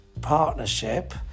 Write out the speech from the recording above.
partnership